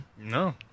No